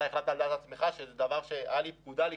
אתה החלטת על דעת עצמך וזה בזמן שהייתה לי פקודה לקפוץ.